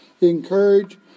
encourage